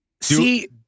See